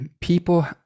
people